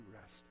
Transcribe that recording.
rest